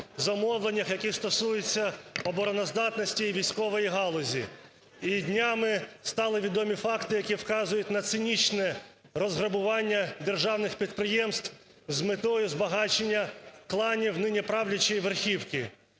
замовленнях, які стосуються обороноздатності і військової галузі. І днями стали відомі факти, які вказують на цинічне розграбування державних підприємств з метою збагачення кланів нині правлячій верхівки.